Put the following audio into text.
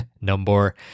number